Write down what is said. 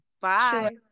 Bye